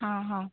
हाँ हाँ